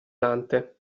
dante